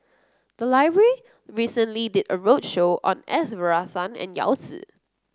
the library recently did a roadshow on S Varathan and Yao Zi